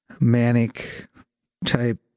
manic-type